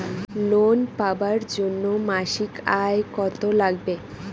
Loan পাবার জন্যে মাসিক আয় কতো লাগবে?